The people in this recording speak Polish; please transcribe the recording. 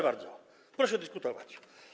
Bardzo proszę dyskutować.